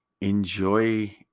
enjoy